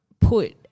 put